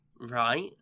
Right